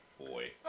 Boy